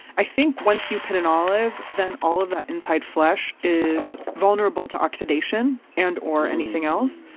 i think once you pit an olive, then all of that inside flesh is vulnerable to oxidation and or anything else.